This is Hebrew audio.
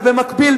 ובמקביל,